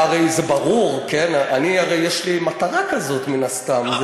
כן, הרי זה ברור, הרי יש לי מטרה כזאת, מן הסתם.